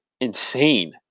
insane